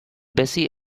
bessie